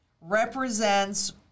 represents